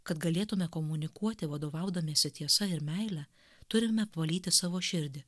kad galėtume komunikuoti vadovaudamiesi tiesa ir meile turime apvalyti savo širdį